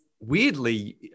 weirdly